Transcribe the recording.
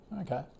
Okay